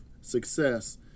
success